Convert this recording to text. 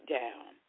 down